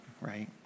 right